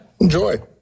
enjoy